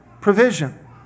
provision